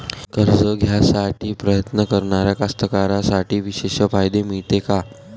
कर्ज घ्यासाठी प्रयत्न करणाऱ्या कास्तकाराइसाठी विशेष फायदे मिळते का?